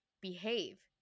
behave